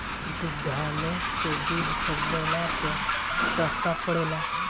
दुग्धालय से दूध खरीदला पर सस्ता पड़ेला?